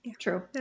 True